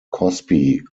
cosby